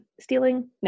stealing